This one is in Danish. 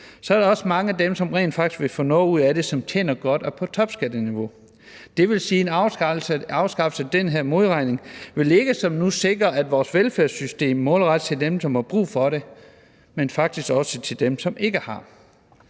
er der mange af dem, som rent faktisk vil få noget ud af det, som tjener godt og er på topskatteniveau. Det vil sige, at en afskaffelse af den her modregning ikke som nu vil sikre, at vores velfærdssystem målrettes dem, som har brug for det, men faktisk også målrettes dem, som ikke har.